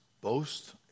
boast